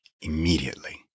immediately